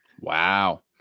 Wow